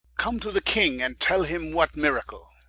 come to the king, and tell him what miracle